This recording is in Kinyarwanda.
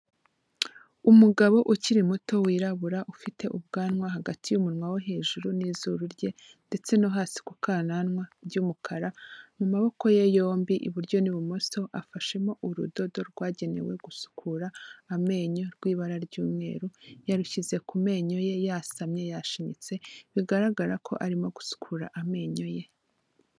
Umugabo ukiri muto wirabura ufite ubwanwa hagati y'umunwa wo hejuru n'izuru rye ndetse no hasi ku kananwa by'umukara, mu maboko ye yombi iburyo n'ibumoso afashemo urudodo rwagenewe gusukura amenyo rw'ibara ry'umweru yarushyize ku menyo ye yasamye, yashinyitse bigaragara ko arimo gusukura amenyo ye.